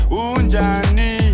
unjani